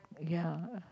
ya